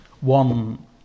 one